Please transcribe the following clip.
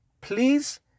please